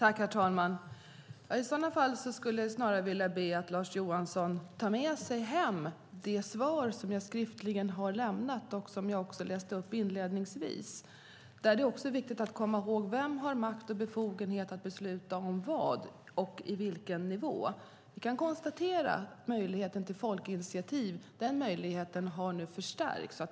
Herr talman! Jag skulle närmast vilja be Lars Johansson ta med sig det skriftliga svar som jag lämnat och som jag också läste upp. Det är viktigt att komma ihåg vem som har makt och befogenhet att besluta om vad och på vilken nivå. Vi kan konstatera att möjligheten till folkinitiativ har förstärkts.